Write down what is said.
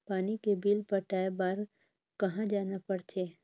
पानी के बिल पटाय बार कहा जाना पड़थे?